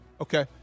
Okay